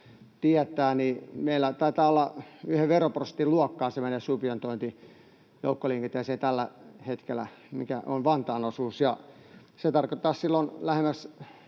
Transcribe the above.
tällä hetkellä olla yhden veroprosentin luokkaa se meidän subventointi joukkoliikenteeseen, mikä on Vantaan osuus. Se tarkoittaisi silloin lähemmäs